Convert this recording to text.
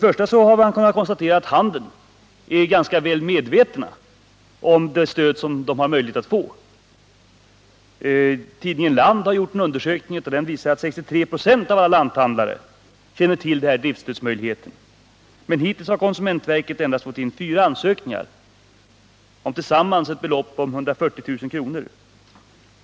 Man har kunnat konstatera att handeln är ganska väl medveten om det stöd som den har möjlighet att få. Tidningen Land har gjort en undersökning som visar att 63 96 av alla lanthandlare känner till möjligheterna till stöd för glesbygdshandeln. Men hittills har konsumentverket fått in endast fyra ansökningar om ett belopp på tillsammans 140 000 kr.